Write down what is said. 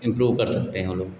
improve कर सकते हैं वह लोग